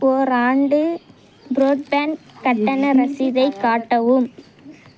போராண்டு ப்ரோட்டேன்ட் கட்டண ரசீதை காட்டவும்